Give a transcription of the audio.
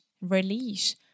release